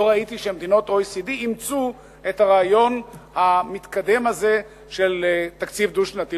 לא ראיתי שמדינות ה-OECD אימצו את הרעיון המתקדם הזה של תקציב דו-שנתי.